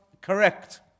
Correct